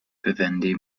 vivendi